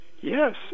Yes